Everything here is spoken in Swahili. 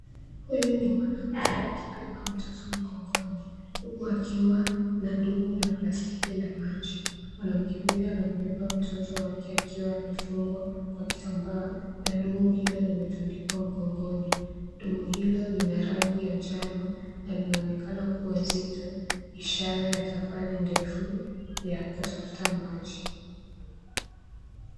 Huyu ni mwanamke akibeba mtoto mgongoni huku akiwa na dumu la plastiki la maji. Mwanamke huyu anambeba mtoto wake akiwa amefungwa kwa kitambaa na dumu hilo limetundikwa mgongoni. Dumu hilo lina rangi ya njano na linaonekana kuwa zito, ishara ya safari ndefu ya kutafuta maji.